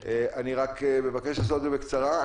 אני מבקש לעשות זאת בקצרה.